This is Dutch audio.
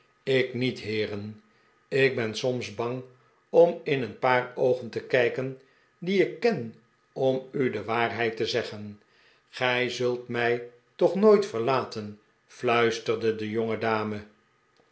ik niet heeren ik ben soms bang om in een paar oogen te kijken die ik ken om u de waarheid te zeggen gij zult mij toch nooit verlaten fluisterde de jongedame